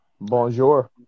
Bonjour